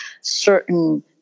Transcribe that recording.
certain